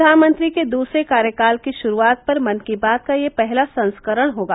प्रधानमंत्री के दूसरे कार्यकाल की शुरूआत पर मन की बात का यह पहला संस्करण होगा